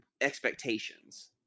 expectations